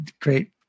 great